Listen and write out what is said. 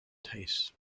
tastes